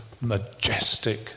Majestic